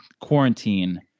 quarantine